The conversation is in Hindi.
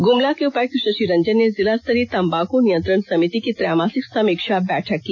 ग्मला के उपायुक्त शशि रंजन ने जिला स्तरीय तंबाकू नियंत्रण समिति की त्रैमासिक समीक्षा बैठक की